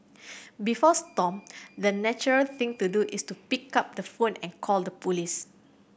before Stomp the natural thing to do is to pick up the phone and call the police